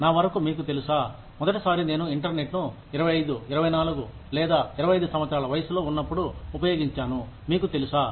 నా వరకు మీకు తెలుసా మొదటిసారి నేను ఇంటర్నెట్ను 25 24 లేదా 25 5సంవత్సరాల వయస్సులో ఉన్నప్పుడు ఉపయోగించాను మీకు తెలుసా